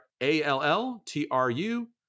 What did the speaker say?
A-L-L-T-R-U